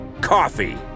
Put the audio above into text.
coffee